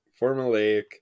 formulaic